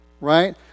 Right